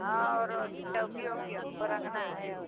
हाँ और वो चौकी ओेकी हमको रंगना है और